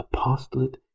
apostolate